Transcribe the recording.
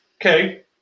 Okay